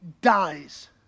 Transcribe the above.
dies